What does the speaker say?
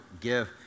give